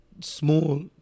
small